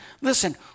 listen